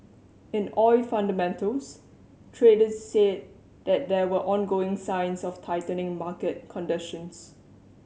in oil fundamentals traders said that there were ongoing signs of tightening market conditions